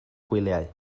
gwyliau